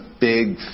big